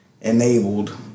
enabled